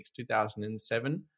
2007